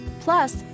Plus